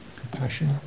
compassion